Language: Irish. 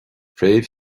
fréamh